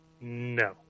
No